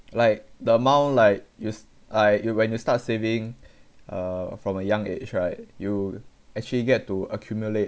like the amount like you s~ I you when you start saving uh from a young age right you actually get to accumulate